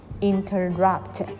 interrupt